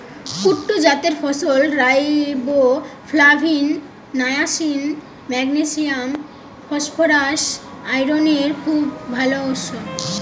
কুট্টু জাতের ফসল riboflavin, niacin, magnesium, phosphorus, আয়রনের খুব ভাল উৎস